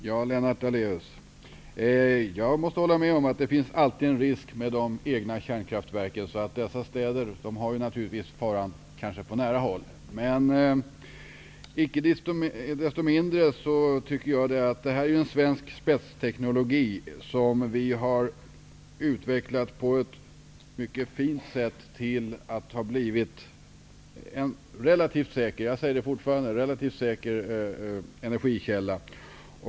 Herr talman! Jag håller med Lennart Daléus om att det alltid finns en risk för de städer som ligger i närheten av de egna kärnkraftverken. Dessa städer har naturligtvis faran på nära håll. Icke desto mindre anser jag att detta handlar om en svensk spetsteknologi som har utvecklats på ett mycket bra sätt, så att kärnkraften har blivit en relativt säker -- det vill jag fortfarande framhålla -- energikälla.